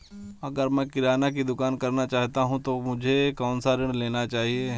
अगर मैं किराना की दुकान करना चाहता हूं तो मुझे कौनसा ऋण लेना चाहिए?